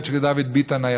עוד כשדוד ביטן היה,